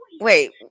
Wait